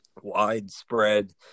widespread